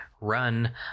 run